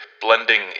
blending